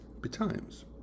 betimes